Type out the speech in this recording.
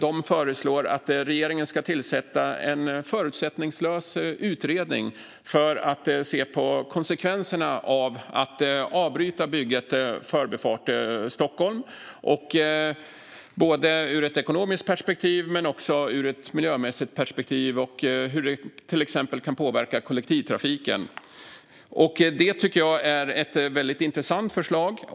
De föreslår att regeringen ska tillsätta en förutsättningslös utredning för att se på konsekvenserna av att avbryta bygget av Förbifart Stockholm, både ur ett ekonomiskt perspektiv och ur ett miljömässigt perspektiv samt med avseende på hur det till exempel kan påverka kollektivtrafiken. Det tycker jag är ett väldigt intressant förslag.